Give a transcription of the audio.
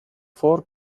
four